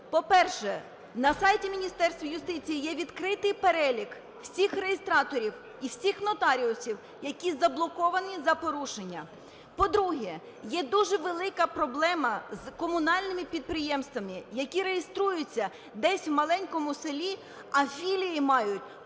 По-перше, на сайті Міністерства юстиції є відкритий перелік всіх реєстраторів і всіх нотаріусів, які заблоковані за порушення. По-друге, є дуже велика проблема з комунальними підприємствами, які реєструються десь в маленькому селі, а філії мають